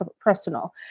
personal